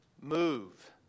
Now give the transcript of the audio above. move